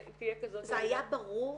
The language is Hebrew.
זה היה ברור.